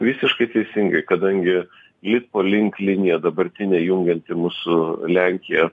visiškai teisingai kadangi litpo link linija dabartinė jungianti mus su lenkija